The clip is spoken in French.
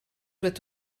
doit